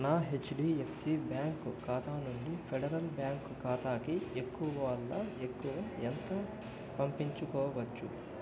నా HDFC bank ఖాతా నుండి ఫెడరల్ బ్యాంక్ ఖాతాకి ఎక్కువలో ఎక్కువ ఎంత పంపించుకోవచ్చు